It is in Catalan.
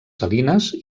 salines